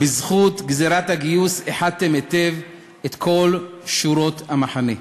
בזכות גזירת הגיוס איחדתם היטב את כל שורות המחנה.